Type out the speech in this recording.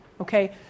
Okay